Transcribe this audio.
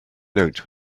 note